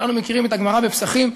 כולנו מכירים את הגמרא בפסחים: